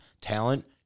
talent